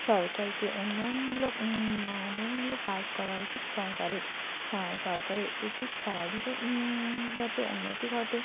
সরকারকে উন্নয়নমূলক উন্নয়নমূলক কাজ করা উচিত সরকারের সরকারের উচিত খেলাধুলো যাতে উন্নতি ঘটে